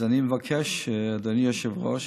אז אדוני היושב-ראש,